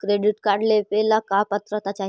Credit card लेवेला का पात्रता चाही?